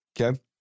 Okay